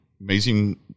amazing